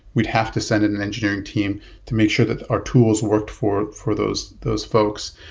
we'd have to send an engineering team to make sure that our tools work for for those those folks.